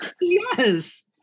yes